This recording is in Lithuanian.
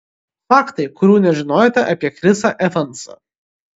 faktai kurių nežinojote apie chrisą evansą